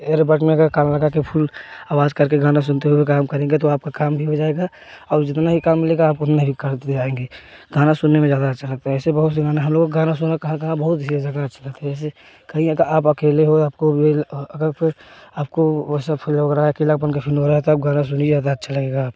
air bird लगा कर कि फुल आवाज़ करके गाना सुनते हुए काम करेंगे तो आपका काम भी हो जाएगा और जितना भी काम मिलेगा आप उतना ही करते जाएँगे गाना सुनने में ज़्यादा अच्छा लगता है ऐसे बहुत सारे गाने हम लोगों का गाना सुना कहाँ कहाँ बहुत ही जगह अच्छा लगता है ऐसे कहीं अगर आप अकेले हो आपको अगर फिर आपको ऐसा फील हो रहा है अकेला फील हो रहा है तो आप गाना सुनिए अच्छा लगेगा आपको